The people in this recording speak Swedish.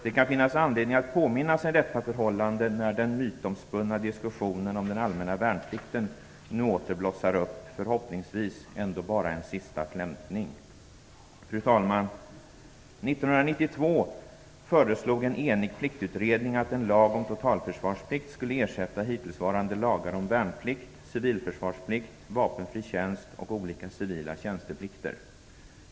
Det kan finnas anledning att påminna sig om detta förhållande när den mytomspunna diskussionen om den allmänna värnplikten nu åter blossar upp. Förhoppningsvis är det bara en sista flämtning. Fru talman! 1992 föreslog en enig pliktutredning att en lag om totalförsvarsplikt skulle ersätta hittillsvarande lagar om värnplikt, civilförsvarsplikt, vapenfri tjänst och olika civila tjänsteplikter.